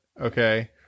okay